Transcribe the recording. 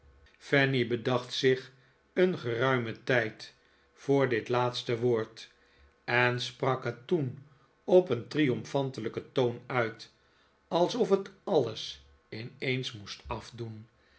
fanny bedacht zich een geruimen tijd voor dit laatste woord en sprak het toen op een triomfantelijken toon uit alsof het alles in eens moest afdoen